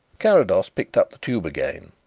carrados picked up the tube again.